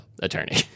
attorney